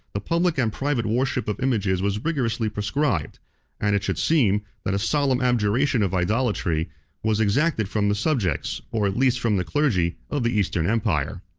the public and private worship of images was rigorously proscribed and it should seem, that a solemn abjuration of idolatry was exacted from the subjects, or at least from the clergy, of the eastern empire.